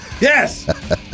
Yes